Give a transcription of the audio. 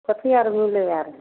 कथी आर घुमबै आर